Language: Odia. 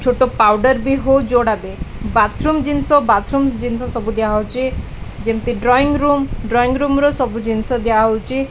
ଛୋଟ ପାଉଡ଼ର୍ ବି ହଉ ଯେଉଁଗୁଡ଼ା ବି ବାଥରୁମ୍ ଜିନିଷ ବାଥରୁମ୍ ଜିନିଷ ସବୁ ଦିଆହେଉଛି ଯେମିତି ଡ୍ରଇଙ୍ଗ ରୁମ୍ ଡ୍ରଇଙ୍ଗ ରୁମ୍ର ସବୁ ଜିନିଷ ଦିଆହେଉଛି